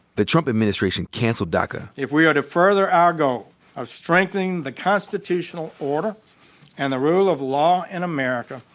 the trump administration canceled daca. if we are to further our goal of strengthening the constitutional order and the rule of law in america,